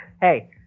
Hey